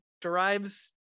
derives